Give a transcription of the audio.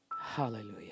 Hallelujah